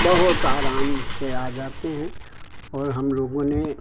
बहुत आराम से आ जाते हैं और हम लोगों ने